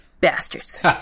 bastards